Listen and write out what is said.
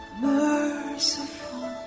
merciful